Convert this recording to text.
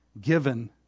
given